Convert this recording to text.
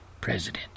president